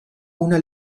una